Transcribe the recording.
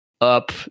up